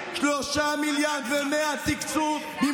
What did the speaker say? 3.1 מיליארד תקצוב -- אתה מספר סיפורים.